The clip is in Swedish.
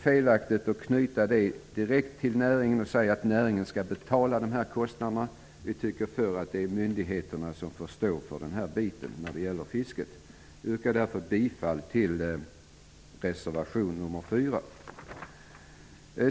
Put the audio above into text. Jag tycker att det är fel att näringen självt skall betala kostnaderna. Vi tycker att det är myndigheterna som skall stå för den saken i fråga om fisket. Jag yrkar bifall till reservation 4.